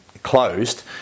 closed